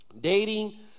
dating